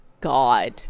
God